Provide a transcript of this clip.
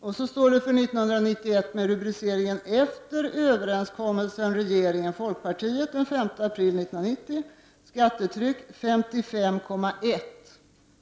Vidare står det beträffande 1991 under rubriken ”Efter överenskommelsen mellan regeringen och folkpartiet den 5 april 1990” att skattetrycket uppgår till 55,1 76,